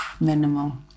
minimal